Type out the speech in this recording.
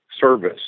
service